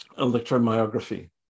electromyography